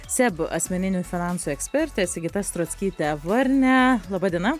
seb asmeninių finansų ekspertė sigita strockytė varnė laba diena